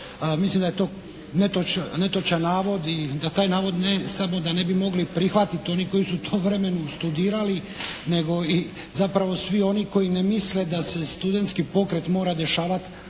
Mislim da je to netočan navod i da taj navod ne samo da ne bi mogli prihvatiti oni koji su u tom vremenu studirali, nego i zapravo svi oni koji ne misle da se studentski pokret mora dešavat